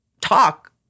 Talk